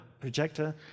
projector